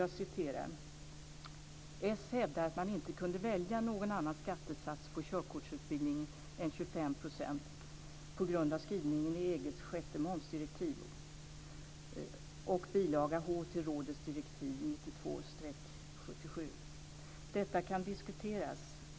Jag citerar: "hävdar att man inte kunde välja någon annan skattesats på körkortsutbildning än 25 %, p g a skrivningen i EG:s sjätte momsdirektiv ... och bilaga H till rådets direktiv 92/77. Detta kan diskuteras.